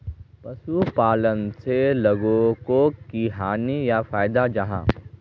पशुपालन से लोगोक की हानि या फायदा जाहा?